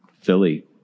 Philly